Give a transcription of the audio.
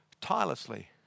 tirelessly